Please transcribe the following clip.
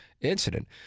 incident